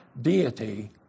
deity